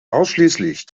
ausschließlich